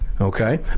Okay